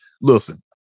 listen